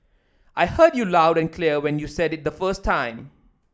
I heard you loud and clear when you said it the first time